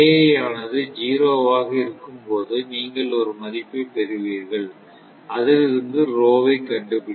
ஆனது 0 ஆக இருக்கும் பொது நீங்கள் ஒரு மதிப்பை பெறுவீர்கள் அதிலிருந்து ஐ கண்டுபிடியுங்கள்